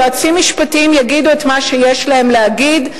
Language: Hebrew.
יועצים משפטיים יגידו את מה שיש להם להגיד,